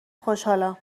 خوشحالم